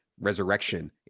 resurrection